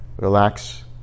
Relax